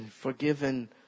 forgiven